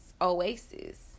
oasis